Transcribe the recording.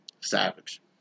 Savage